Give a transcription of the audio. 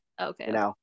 Okay